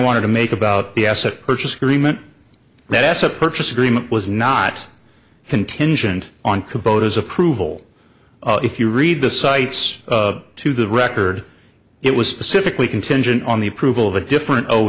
wanted to make about the asset purchase agreement that asset purchase agreement was not contingent on composers approval if you read the cites to the record it was specifically contingent on the approval of a different o